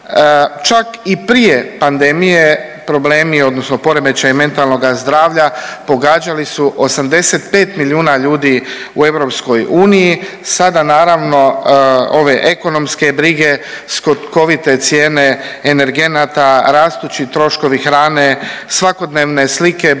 Čak i prije pandemije problemi odnosno poremećaji mentalnoga zdravlja pogađali su 85 milijuna ljudi u EU, sada naravno ove ekonomske brige, skokovite cijene energenata, rastući troškovi hrane, svakodnevne slike brutalnog